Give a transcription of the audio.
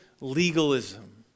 legalism